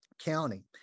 county